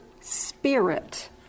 spirit